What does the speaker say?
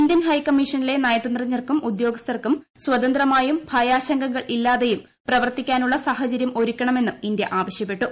Indian ഹൈക്കമ്മീഷണിലെ നയതന്ത്രജ്ഞർക്കും ളൂദ്യോഗസ്ഥർക്കും സ്വതന്ത്രമായും ഭയാശങ്കകൾ ഇല്ലാതെയ്യും പ്ലിവർത്തിക്കാനുള്ള സാഹചര്യം ഒരുക്കണമെന്നും ഇന്ത്യ്ക്ആവ്ശ്യപ്പെട്ടു